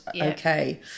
okay